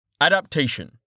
Adaptation